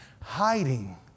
hiding